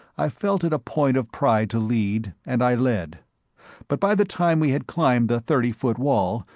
i felt it a point of pride to lead, and i led but by the time we had climbed the thirty-foot wall,